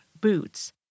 boots